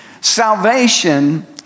salvation